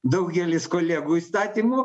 daugelis kolegų įstatymų